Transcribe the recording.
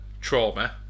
trauma